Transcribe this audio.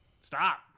stop